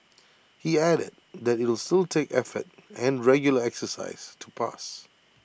he added that IT will still take effort and regular exercise to pass